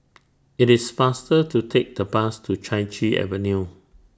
IT IS faster to Take The Bus to Chai Chee Avenue